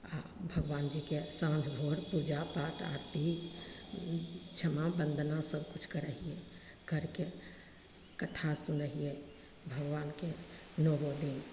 आओर भगवानजीके साँझ भोर पूजापाठ आरती क्षमा वन्दना सबकिछु करै हिए करिके कथा सुनै हिए भगवानके नओ दिन